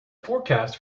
forecast